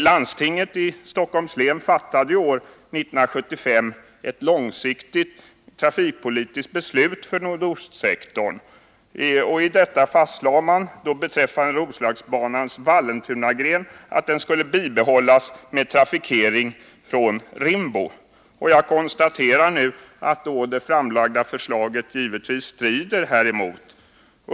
Landstinget i Stockholms län fattade är 1975 ett långsiktigt trafikpolitiskt beslut för nordostsektorn, och i detta fastsläs att Rosla nans Vallentunagren-gkulle bibehållas med trafikering från Rimbo, men jag konstaterar nu att det framlagda förslaget givetvis strider häremot.